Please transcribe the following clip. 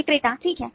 विक्रेता ठीक है